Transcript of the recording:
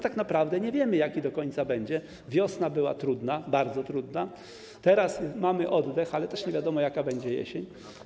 Tak naprawdę nie wiemy do końca, jaki on będzie, wiosna była trudna, bardzo trudna, teraz mamy oddech, ale nie wiadomo, jaka będzie jesień.